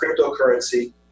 cryptocurrency